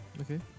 Okay